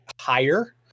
higher